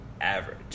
average